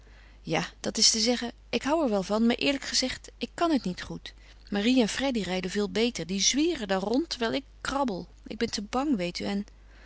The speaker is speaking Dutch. ja dat is te zeggen ik hou er wel van maar eerlijk gezegd ik kan het niet goed marie en freddy rijden veel beter die zwieren dan rond terwijl ik krabbel ik ben te bang weet u en